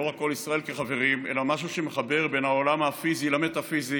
לא רק את כל ישראל כחברים אלא משהו שמחבר בין העולם הפיזי למטאפיזי,